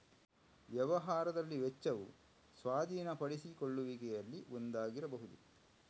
ವ್ಯವಹಾರದಲ್ಲಿ ವೆಚ್ಚವು ಸ್ವಾಧೀನಪಡಿಸಿಕೊಳ್ಳುವಿಕೆಯಲ್ಲಿ ಒಂದಾಗಿರಬಹುದು